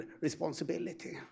responsibility